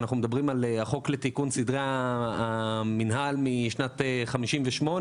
שאנחנו מדברים על החוק לתיקון סדרי המינהל משנת 1958,